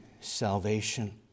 salvation